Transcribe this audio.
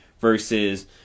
Versus